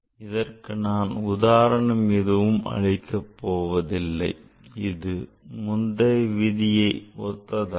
இதற்கு நான் உதாரணம் எதுவும் அளிக்கப் போவதில்லை இது முந்தைய விதியை ஒத்தது ஆகும்